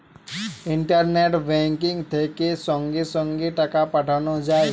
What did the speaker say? internet banking থেকে সঙ্গে সঙ্গে টাকা পাঠানো যায়